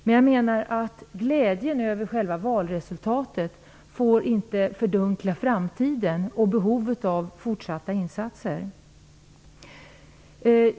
Men jag menar att glädjen över själva valresultatet inte får fördunkla framtiden och behovet av fortsatta insatser.